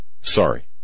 Sorry